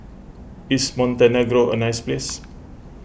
is Montenegro a nice place